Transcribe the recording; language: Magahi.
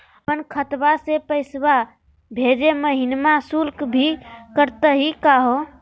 अपन खतवा से पैसवा भेजै महिना शुल्क भी कटतही का हो?